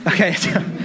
Okay